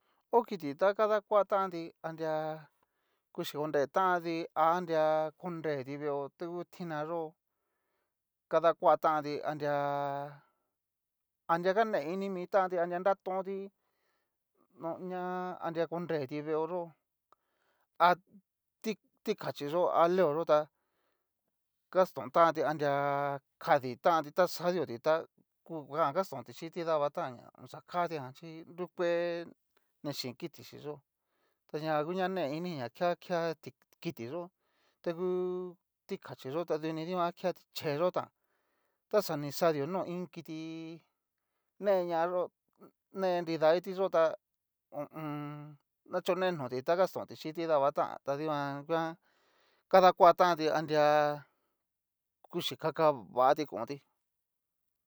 Ho kiti ta adakua tanti anri kuchi konre tanti, a anria konreti veeó ta ngu tina yó, kadakuatanti anria, anria kane ini mi tanti anria nratonti ña anria koreti veeo yó a ti- tikachi yó ha leoyó ta kastontanti anria kaditanti ta xadio ti tá ku gan kastonti chin ti dabatán ña oxakatia jan chí nrukue xhin ni kiti xhí yó ta ñajan nguna ini ña kea kea ti kiti yó, ta ngu tikachi yó ta duni dikuan gaketi chee yó tán, ta xa ni xadio no iin kiti, neña yó ne nrida kitiyó ta ho o on. nachone noti ta kastonti chin kiti daba tán, ta dikuan nguan kadakua tanti anria kuchi kakavati konti.